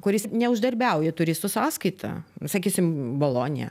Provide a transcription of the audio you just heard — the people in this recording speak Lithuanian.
kuris neuždarbiauja turistų sąskaita sakysim bolonija